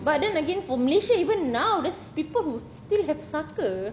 but then again for malaysia even now there's people who still have saka